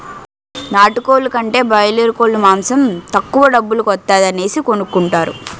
నాటుకోలు కంటా బాయలేరుకోలు మాసం తక్కువ డబ్బుల కొత్తాది అనేసి కొనుకుంటారు